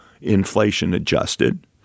inflation-adjusted